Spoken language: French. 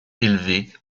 élevés